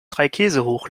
dreikäsehoch